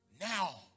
now